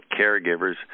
caregivers